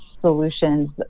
solutions